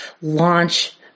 launch